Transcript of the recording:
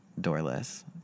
doorless